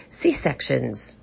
C-sections